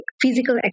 physical